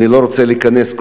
אני לא רוצה להיכנס,